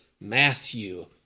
Matthew